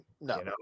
No